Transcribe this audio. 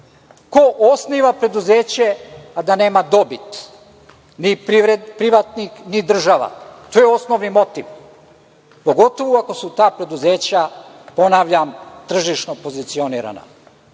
Ko osniva preduzeće a da nema dobit? Ni privatnik, ni država. To je osnovni motiv, pogotovo ako su ta preduzeća, ponavljam, tržišno pozicionirana.